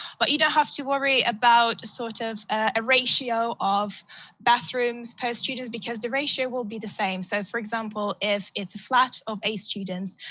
but you don't have to worry about sort of a ratio of bathrooms per student because the ratio will be the same. so for example, if it's a flat of eight students,